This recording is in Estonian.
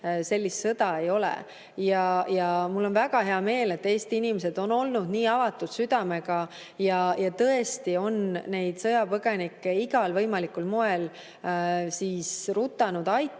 sellist sõda ei ole. Mul on väga hea meel, et Eesti inimesed on olnud nii avatud südamega ja tõesti on sõjapõgenikke igal võimalikul moel rutanud aitama